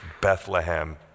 Bethlehem